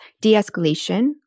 De-escalation